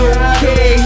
okay